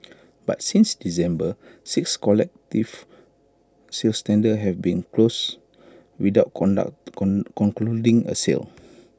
but since December six collective sales tender have been closed without conduct con concluding A sale